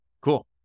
Cool